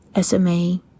SMA